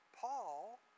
Paul